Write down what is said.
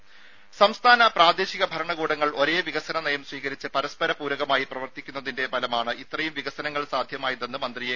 രംഭ സംസ്ഥാന പ്രാദേശിക ഭരണകൂടങ്ങൾ ഒരേ വികസന നയം സ്വീകരിച്ച് പരസ്പരപൂരകമായി പ്രവർത്തിക്കുന്നതിന്റെ ഫലമാണ് ഇത്രയും വികസനങ്ങൾ സാധ്യമായതെന്ന് മന്ത്രി എ